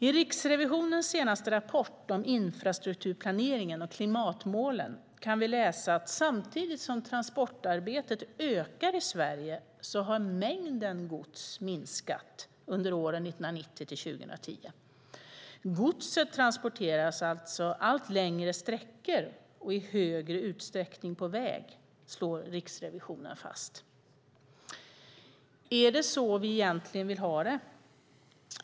I Riksrevisionens senaste rapport om infrastrukturplaneringen och klimatmålen kan vi läsa att samtidigt som transportarbetet ökar i Sverige har mängden gods minskat under åren 1990-2010. Godset transporteras alltså allt längre sträckor och i högre utsträckning på väg, slår Riksrevisionen fast. Är det så vi egentligen vill ha det?